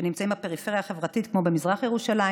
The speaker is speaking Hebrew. שנמצאים בפריפריה החברתית כמו במזרח ירושלים